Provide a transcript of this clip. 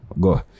go